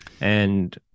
and-